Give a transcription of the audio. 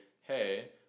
hey